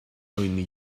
only